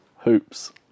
Hoops